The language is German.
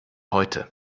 heute